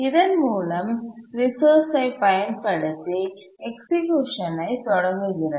இதன் மூலம் ரிசோர்ஸ்ஐ பயன்படுத்தி எக்சிக்யூஷன்ஐ தொடங்குகிறது